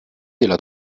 della